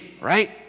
right